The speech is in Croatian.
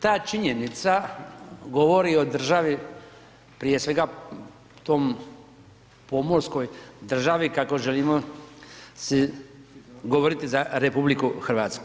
Ta činjenica govori o državi prije svega toj pomorskoj državi kako želimo govoriti za RH.